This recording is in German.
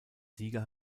sieger